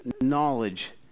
knowledge